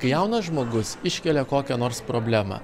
kai jaunas žmogus iškelia kokią nors problemą